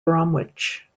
bromwich